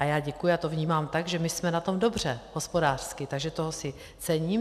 A já děkuji a to vnímám tak, že my jsme na tom dobře hospodářsky, takže toho si cením.